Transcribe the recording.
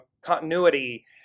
continuity